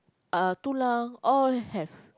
uh tulang all have